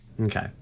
okay